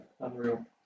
Unreal